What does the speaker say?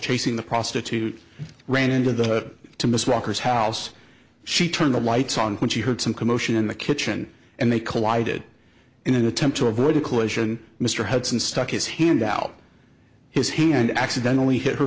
chasing the prostitute ran into the to miss walker's house she turned the lights on when she heard some commotion in the kitchen and they collided in an attempt to avoid a collision mr hudson stuck his hand out his hand accidentally hit her